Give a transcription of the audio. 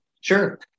Sure